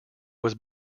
was